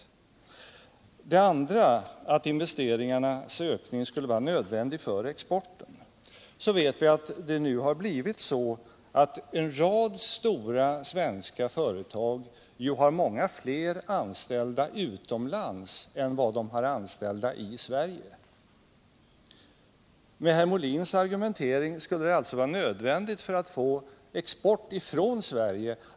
Herr Molins andra argument var att en ökning av investeringarna utomlands skulle vara nödvändig för exporten. Vi vet att det nu har blivit så att en rad stora svenska företag har många fler anställda utomlands än i Sverige. Med herr Molins argumentering skulle det alltså vara nödvändigt, för att få export från Sverige.